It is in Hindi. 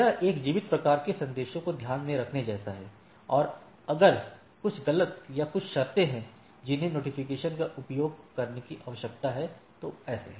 यह एक जीवित प्रकार के संदेशों को ध्यान में रखने जैसा है और अगर कुछ गलत या कुछ शर्तें हैं जिन्हें नोटिफ़िकेशन का उपयोग करने की आवश्यकता है तो ऐसे हैं